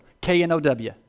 K-N-O-W